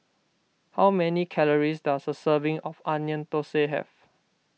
how many calories does a serving of Onion Thosai have